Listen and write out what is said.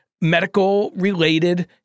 medical-related